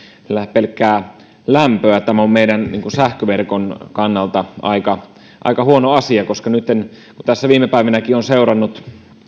pelkkää lämpöä niin tämä on meidän sähköverkon kannalta aika aika huono asia nytten kun tässä viime päivinäkin on seurannut